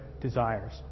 desires